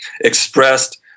expressed